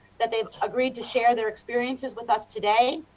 that they have agreed to share their experiences with us today.